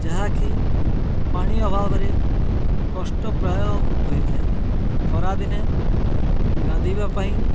ଯାହାକି ପାଣି ଅଭାବରେ କଷ୍ଟ ପ୍ରାୟ ହୋଇଥାଏ ଖରାଦିନେ ଗାଧେଇବା ପାଇଁ